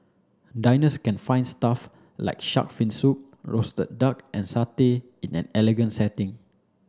diners can find stuff like shark fin soup roasted duck and satay in an elegant setting